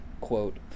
quote